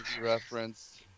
Reference